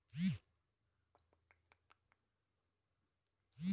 जायफल सरदी खासी अउरी कपार दुखइला में खइला से आराम मिलेला